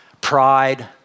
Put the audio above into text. pride